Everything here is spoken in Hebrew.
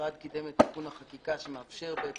המשרד קידם את תחום החקיקה שמאפשר את